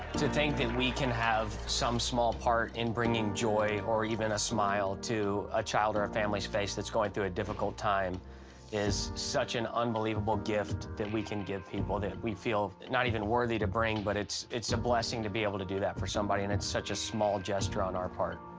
to think that we can have some small part in bringing joy or even a smile to a child or a family's face that's going through a difficult time is such an unbelievable gift that we can give people that we feel not even worthy to bring, but it's it's a blessing to be able to do that for somebody, and it's such a small gesture on our part.